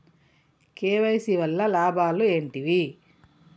KYC వల్ల లాభాలు ఏంటివి?